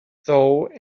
though